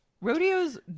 Rodeo's